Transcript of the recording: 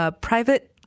private